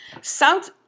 South